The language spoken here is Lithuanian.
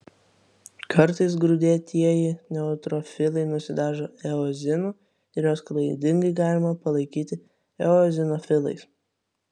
kartais grūdėtieji neutrofilai nusidažo eozinu ir juos klaidingai galima palaikyti eozinofilais